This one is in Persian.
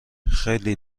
خیلی